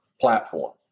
platform